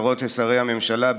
שרות ושרי הממשלה,